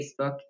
Facebook